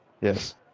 Yes